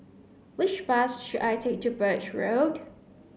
which bus should I take to Birch Road